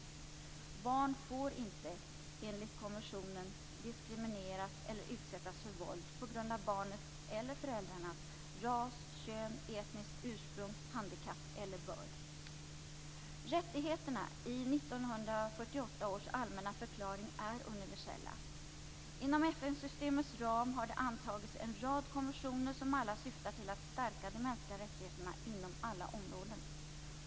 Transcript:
Barn får inte enligt konventionen diskrimineras eller utsättas för våld på grund av barnets eller föräldrarnas ras, kön, etniskt ursprung, handikapp eller börd. Rättigheterna i 1948 års allmänna förklaring är universella. Inom FN-systemets ram har det antagits en rad konventioner som alla syftar till att stärka de mänskliga rättigheterna inom alla områden.